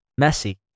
Messi